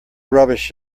rubbish